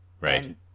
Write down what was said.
Right